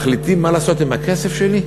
מחליטים מה לעשות עם הכסף שלי?